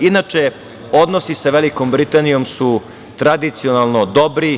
Inače, odnosi sa Velikom Britanijom su tradicionalno dobri.